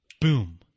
Boom